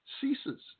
ceases